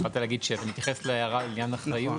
התחלת להגיד שאתה מתייחס להערה בעניין אחריות.